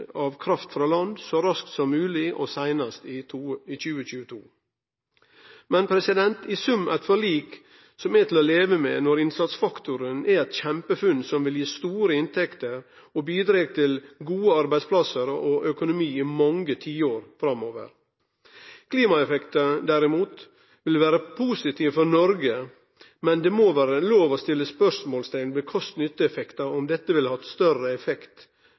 av kraft frå land så raskt som mogleg og seinast i 2022. Men i sum eit forlik som er til å leve med når innsatsfaktoren er eit kjempefunn som vil gi store inntekter og bidreg til gode arbeidsplassar og økonomi i mange tiår framover. Klimaeffekten, derimot, vil vere positiv for Noreg, men det må vere lov å setje spørsmålsteikn ved kost–nytteeffekten og om dette ville hatt større effekt